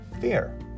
fear